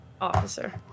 officer